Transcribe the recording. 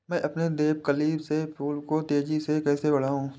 मैं अपने देवकली के फूल को तेजी से कैसे बढाऊं?